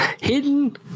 Hidden